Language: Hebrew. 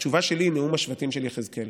התשובה שלי היא נאום השבטים של יחזקאל.